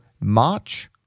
March